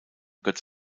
götz